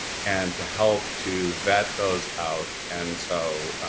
and to help to vet those out. and so,